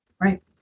Right